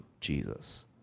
Jesus